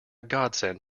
godsend